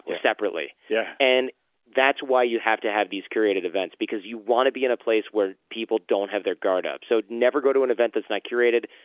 separately yeah and that's why you have to have these curated events, because you want to be in a place where people don't have their guard up. so never go to an event that's not curated.